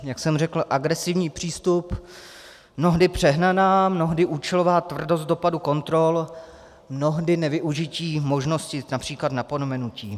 Jak jsem řekl, agresivní přístup, mnohdy přehnaná, mnohdy účelová tvrdost dopadu kontrol, mnohdy nevyužití možností, například napomenutí.